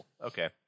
Okay